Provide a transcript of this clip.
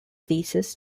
thesis